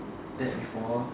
that before